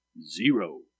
zero